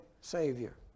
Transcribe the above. Savior